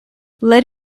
let